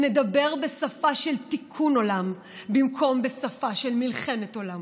נדבר בשפה של תיקון עולם במקום בשפה של מלחמת עולם